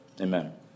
amen